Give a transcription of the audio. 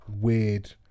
weird